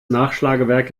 nachschlagewerk